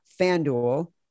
FanDuel